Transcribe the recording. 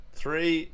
three